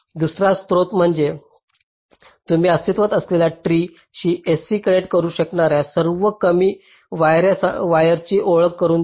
दुसरा म्हणतो तुम्ही अस्तित्वात असलेल्या ट्री शी sc कनेक्ट करू शकणार्या सर्वात कमी वायरची ओळख करुन द्या